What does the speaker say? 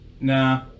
Nah